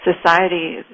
society